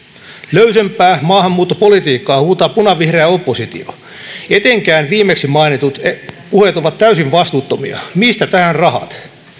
löysempää maahanmuuttopolitiikkaa huutaa punavihreä oppositio etenkin viimeksi mainitut puheet ovat täysin vastuuttomia mistä tähän rahat